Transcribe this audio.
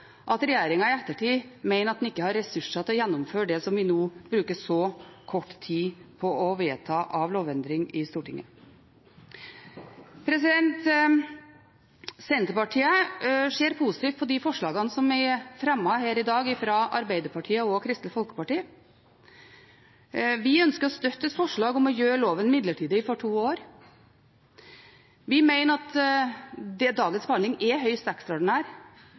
at regjeringen i ettertid mener at det ikke er ressurser til å gjennomføre det som vi nå bruker så kort tid på å vedta av lovendringer i Stortinget. Senterpartiet ser positivt på de forslagene som er fremmet her i dag fra Arbeiderpartiet og Kristelig Folkeparti. Vi ønsker å støtte et forslag om å gjøre loven midlertidig for to år. Vi mener at dagens behandling er høyst ekstraordinær,